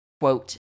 quote